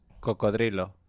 Cocodrilo